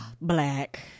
Black